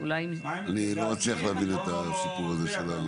אני לא מצליח להבין את הסיפור הזה.